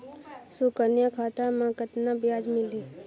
सुकन्या खाता मे कतना ब्याज मिलही?